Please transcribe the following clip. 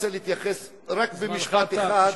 רוצה להתייחס רק במשפט אחד,